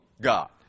God